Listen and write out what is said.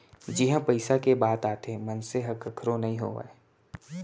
जिहाँ पइसा के बात आथे मनसे ह कखरो नइ होवय